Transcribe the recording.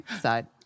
side